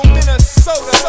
Minnesota